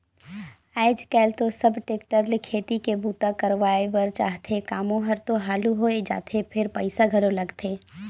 आयज कायल तो सब टेक्टर ले खेती के बूता करवाए बर चाहथे, कामो हर तो हालु होय जाथे फेर पइसा घलो लगथे